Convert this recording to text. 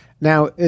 Now